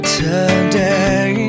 today